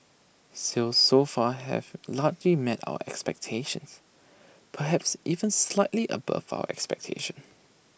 sales so far have largely met our expectations perhaps even slightly above our expectations